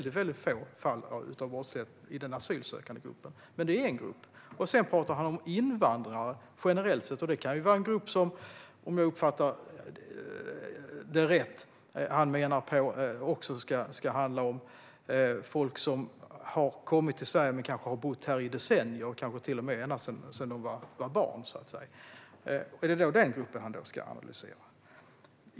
Det finns få fall av brottslighet bland de asylsökande, men det är alltså en grupp som Staffan Danielsson pratar om. Sedan pratar han om invandrare generellt. Om jag uppfattar Staffan Danielsson rätt menar han att det kan vara en grupp som också omfattar folk som har kommit till Sverige men som har bott här i decennier, kanske till och med ända sedan de var barn. Är det denna grupp han ska analysera?